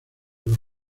los